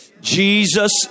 Jesus